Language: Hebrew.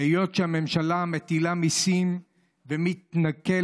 היות שהממשלה מטילה מיסים ומתנכלת